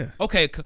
Okay